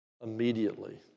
immediately